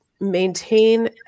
maintain